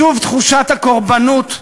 שוב תחושת הקורבנוּת והמצור,